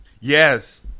Yes